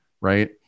right